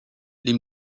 les